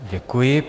Děkuji.